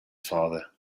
father